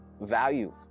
value